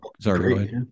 sorry